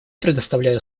предоставляю